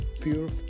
pure